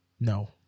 No